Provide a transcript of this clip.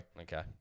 Okay